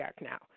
now